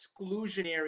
exclusionary